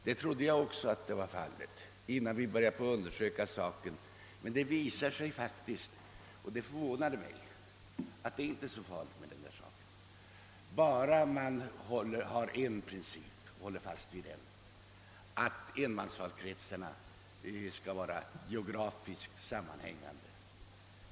Det visade sig emellertid — och det förvånade mig — att det hela inte är så farligt bara man håller fast vid principen att enmansvalkretsarna skall vara geografiskt sammanhängande.